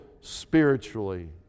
spiritually